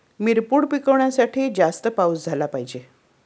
मिरपूड पिकवण्यासाठी जास्त पाऊस झाला पाहिजे